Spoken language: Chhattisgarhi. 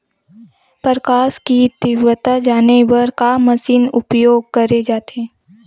प्रकाश कि तीव्रता जाने बर का मशीन उपयोग करे जाथे?